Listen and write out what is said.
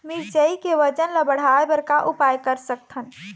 मिरचई के वजन ला बढ़ाएं बर का उपाय कर सकथन?